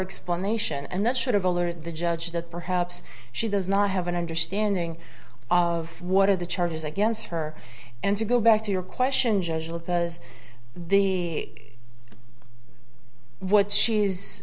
explanation and that should have alerted the judge that perhaps she does not have an understanding of what are the charges against her and to go back to your question judge will because the what she is